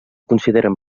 consideren